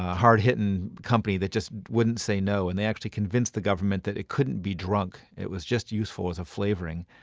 hard-hitting company that just wouldn't say no. and they actually convinced the government that it couldn't be drunk, it was just useful as a flavoring,